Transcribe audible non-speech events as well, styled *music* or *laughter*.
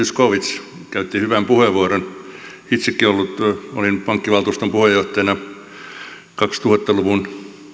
*unintelligible* zyskowicz käytti hyvän puheenvuoron itsekin olin pankkivaltuuston puheenjohtajana kaksituhatta luvun